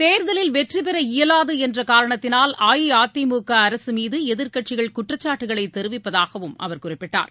தேர்தலில் வெற்றி பெற இயலாது என்ற காரணத்தினால் அஇஅதிமுக அரசு மீது எதிர்க்கட்சிகள் குற்றச்சாட்டுக்களை தெரிவிப்பதாகவும் அவர் குறிப்பிட்டார்